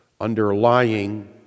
underlying